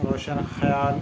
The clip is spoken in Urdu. روشن خیال